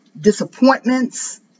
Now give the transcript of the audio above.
disappointments